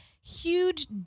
huge